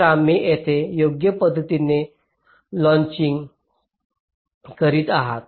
तर तुम्ही येथे योग्य पद्धतीने लचिंग करीत आहात